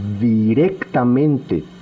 directamente